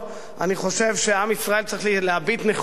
אני חושב שעם ישראל צריך להביט נכוחה,